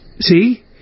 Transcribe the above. See